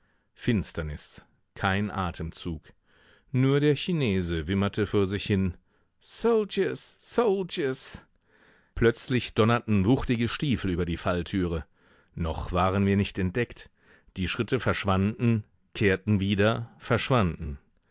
finsternis kein atemzug nur der chinese wimmerte vor sich hin soldiers soldiers plötzlich donnerten wuchtige stiefel über die falltüre noch waren wir nicht entdeckt die schritte verschwanden kehrten wieder verschwanden